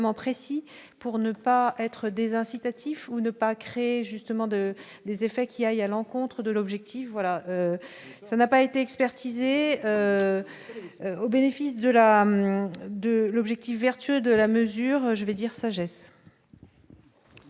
précis pour ne pas être des incitatifs ou ne pas créer justement de les effets qui aille à l'encontre de l'objectif, voilà, ça n'a pas été expertisée au bénéfice de la, de l'objectif vertueux de la mesure, je veux dire sagesse.